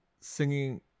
singing